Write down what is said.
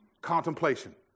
Contemplation